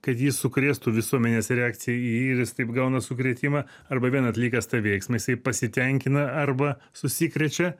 kad jį sukrėstų visuomenės reakcija į jį ir jis taip gauna sukrėtimą arba vien atlikęs tą veiksmą jisai pasitenkina arba susikrečia